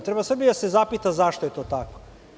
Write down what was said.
Treba Srbija da se zapita zašto je to tako.